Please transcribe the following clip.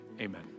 amen